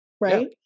right